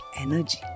energy